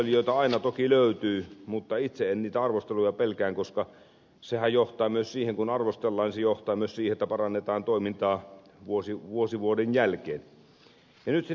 arvostelijoita aina toki löytyy mutta itse en niitä arvosteluja pelkää koska sehän johtaa myös siihen kun arvostellaan että parannetaan toimintaa vuosi vuoden jälkeen